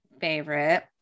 favorite